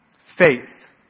Faith